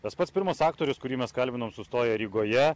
tas pats pirmas aktorius kurį mes kalbinom sustoję rygoje